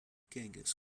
genghis